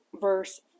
verse